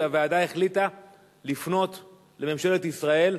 והוועדה החליטה לפנות לממשלת ישראל,